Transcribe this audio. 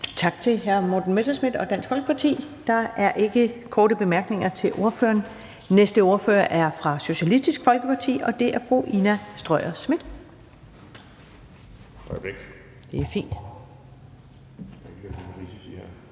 Tak til hr. Morten Messerschmidt, Dansk Folkeparti. Der er ikke korte bemærkninger til ordføreren. Den næste ordfører er fra Socialistisk Folkeparti, og det er fru Ina Strøjer-Schmidt.